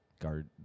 guard